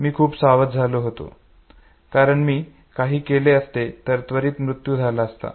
मी खूप सावध झालो होतो कारण मी काही केले असते तर माझा त्वरित मृत्यू झाला असता